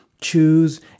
choose